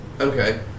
Okay